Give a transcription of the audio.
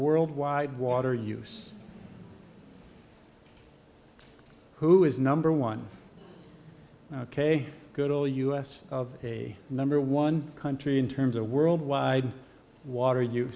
worldwide water use who is number one ok good ole us of a number one country in terms of worldwide water